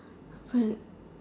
when